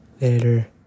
later